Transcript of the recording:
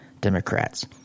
Democrats